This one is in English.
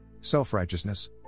Self-righteousness